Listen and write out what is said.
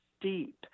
deep